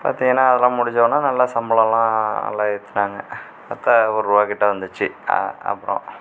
பார்த்தீங்கன்னா அதெலாம் முடிஞ்சவுனே நல்லா சம்பளமெலாம் நல்லா ஏற்றினாங்க பாத்தா ஒர் ரூபாக்கிட்ட வந்துச்சு அ அப்புறம்